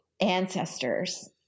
ancestors